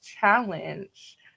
challenge